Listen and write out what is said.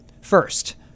first